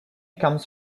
comes